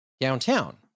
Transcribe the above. downtown